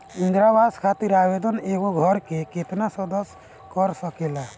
इंदिरा आवास खातिर आवेदन एगो घर के केतना सदस्य कर सकेला?